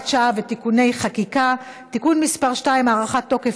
שעה ותיקוני חקיקה) (תיקון מס' 2) (הארכת תוקף),